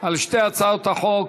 על שתי הצעות החוק